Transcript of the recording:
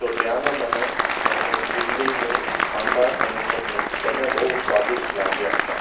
તો ત્યાંનું મને ત્યાંનું ઇડલીનું સાંભાર અને ચટણી બંને બહુ સ્વાદિષ્ટ લાગ્યા હતા